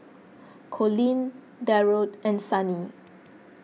Collin Darold and Sannie